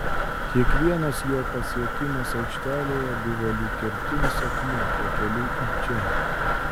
kiekvienas jo pasiekimas aikštelėje buvo lyg kertinis akmuo pakeliui į čia